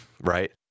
right